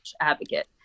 advocate